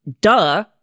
duh